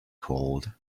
called